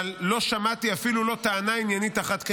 אבל לא שמעתי אפילו לא טענה עניינית אחת כנגדו,